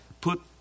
Put